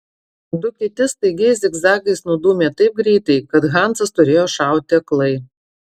du kiti staigiais zigzagais nudūmė taip greitai kad hansas turėjo šauti aklai